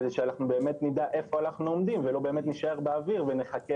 כדי שאנחנו באמת נדע איפה אנחנו עומדים ולא נישאר באוויר ונחכה